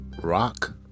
rock